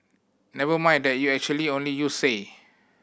never mind that you actually only used say